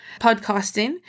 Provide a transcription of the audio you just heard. podcasting